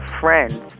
friends